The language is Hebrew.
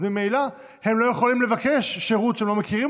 אז ממילא הם לא יכולים לבקש שירות שהם לא מכירים